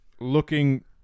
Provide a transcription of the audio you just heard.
looking